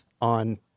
on